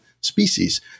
species